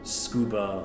scuba